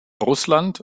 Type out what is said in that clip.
russland